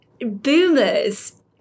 boomers